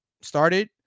started